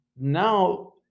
now